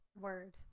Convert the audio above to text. Word